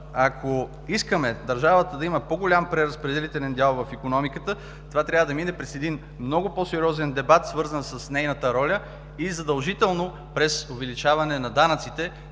ако искаме държавата да има по-голям преразпределителен дял в икономиката, това трябва да мине през много по-сериозен дебат, свързан с нейната роля, и задължително през увеличаване на данъците